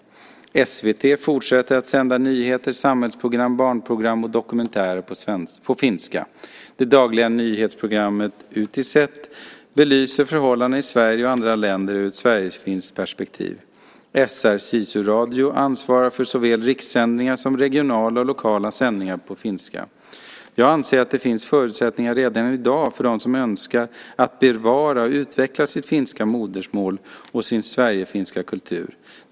SVT fortsätter att sända nyheter, samhällsprogram, barnprogram och dokumentärer på finska. Det dagliga nyhetsprogrammet Uutiset belyser förhållanden i Sverige och andra länder ur ett sverigefinskt perspektiv. SR Sisuradio ansvarar för såväl rikssändningar som regionala och lokala sändningar på finska. Jag anser att det finns förutsättningar redan i dag för dem som önskar att bevara och utveckla sitt finska modersmål och sin sverigefinska kultur.